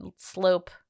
slope